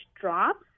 Drops